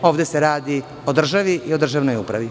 Ovde se radi o državi i o državnoj upravi.